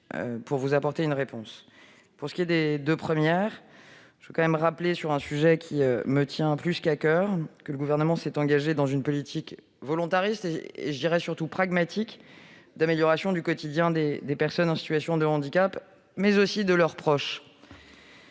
de vous apporter une réponse. Pour ce qui est de vos deux premières questions, je veux rappeler, sur ce sujet qui me tient particulièrement à coeur, que le Gouvernement s'est engagé dans une politique volontariste et surtout pragmatique d'amélioration du quotidien des personnes en situation de handicap, mais aussi de leurs proches.